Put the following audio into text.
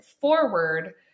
forward